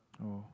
oh